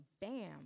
bam